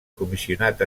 comissionat